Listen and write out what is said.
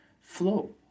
Flow